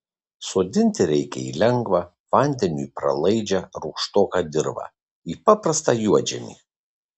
sodinti reikia į lengvą vandeniui pralaidžią rūgštoką dirvą į paprastą juodžemį